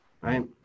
right